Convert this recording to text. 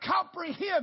comprehend